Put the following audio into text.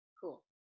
cool